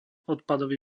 odpadový